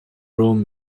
rome